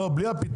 לא, בלי הפיתוח.